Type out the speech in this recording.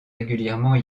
régulièrement